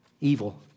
evil